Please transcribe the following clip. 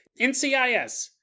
NCIS